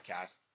podcast